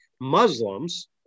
Muslims